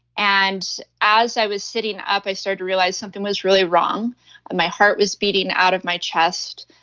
and as i was sitting up, i started to realize something was really wrong and my heart was beating out of my chest.